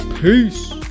Peace